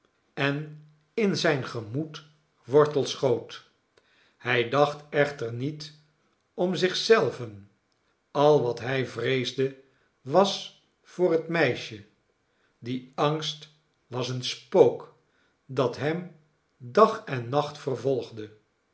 en in zijn gemoed wortel schoot hij dacht echter niet om zich zelven al wat hij vreesde was voor het meisje die angst was een spook dat hem dag en nacht vervolgde